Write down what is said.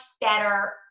better